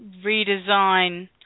redesign